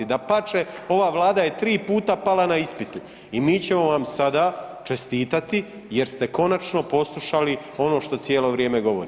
Dapače, ova vlada je 3 puta pala na ispitu i mi ćemo vam sada čestitati jer ste konačno poslušali ono što cijelo vrijeme govorim.